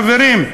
חברים,